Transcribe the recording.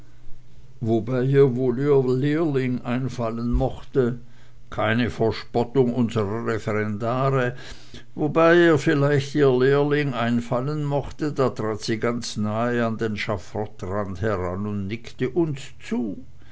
wobei ihr wohl ihr lehrling einfallen mochte keine verspottung unsrer referendare wobei ihr vielleicht ihr lehrling einfallen mochte da trat sie ganz nahe an den schafottrand heran und nickte uns zu